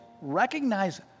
recognize